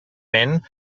men